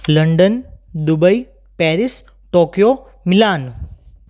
London Dubai Paris Tokyo Milan